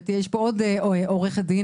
יש פה עוד עורכת דין,